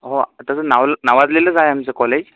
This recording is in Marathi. हो तसं नावाज नावाजलेलंच आहे आमचं कॉलेज